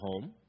home